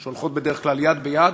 שהולכות בדרך כלל יד ביד,